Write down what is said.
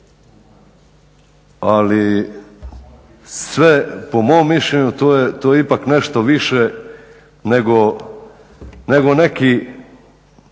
ali sve, po mom mišljenju to je ipak nešto više nego neki